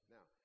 Now